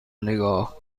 نگاه